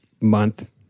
month